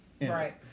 right